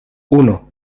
uno